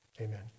amen